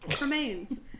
remains